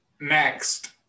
next